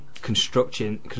constructing